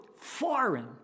foreign